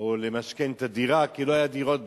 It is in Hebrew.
או משכון של הדירות, כי לא היו דירות בכלל,